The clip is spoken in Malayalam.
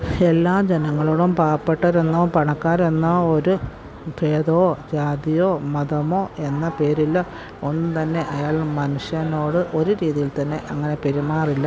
എല്ലാ ജനങ്ങളോടും പാവപ്പെട്ടരെന്നോ പണക്കാരെന്നോ ഒരു ഭേതമോ ജാതിയോ മതമോ എന്ന പേരിലോ ഒന്നും തന്നെ അയാൾ മനുഷ്യനോട് ഒരു രീതിയിൽത്തന്നെ അങ്ങനെ പെരുമാറില്ല